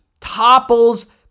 topples